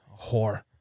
Whore